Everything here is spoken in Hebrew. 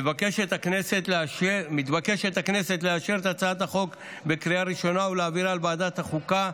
מתבקשת הכנסת לאשר את הצעת החוק בקריאה ראשונה ולהעבירה לוועדת החוקה,